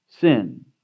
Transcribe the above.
sin